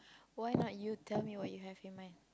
why not you tell me what you have in mind